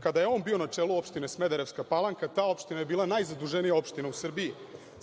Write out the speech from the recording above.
Kada je on bio na čelu opštine Smederevska Palanka ta opština je bila najzaduženija opština u Srbiji